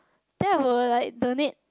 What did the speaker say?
then I will like donate